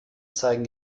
zeigen